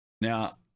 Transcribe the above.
Now